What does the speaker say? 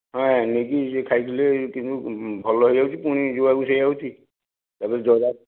ହଁ ଆଜ୍ଞା ନେଇକି ଖାଇଥିଲି କିନ୍ତୁ ଭଲ ହେଇଯାଉଛି ପୁଣି ଯୋଉଆକୁ ସେଇଆ ହେଉଛି ତାପରେ ଜ୍ଵର ଆସୁଛି